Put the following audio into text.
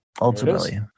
ultimately